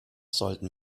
sollten